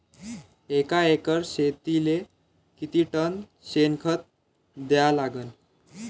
एका एकर शेतीले किती टन शेन खत द्या लागन?